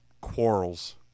quarrels –